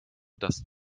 das